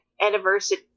anniversary